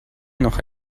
noch